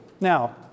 now